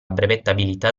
brevettabilità